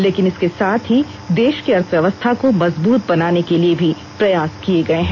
लेकिन इसके साथ ही देश की अर्थव्यवस्था को मजबूत बनाने के लिए भी प्रयास किये गये हैं